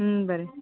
ಹ್ಞೂ ಬನ್ರಿ